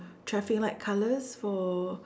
traffic lights color for